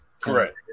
Correct